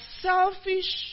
selfish